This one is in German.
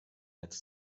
netz